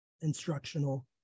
instructional